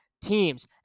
teams